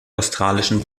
australischen